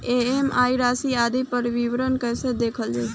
EMI राशि आदि पर विवरण कैसे देखल जाइ?